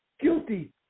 guilty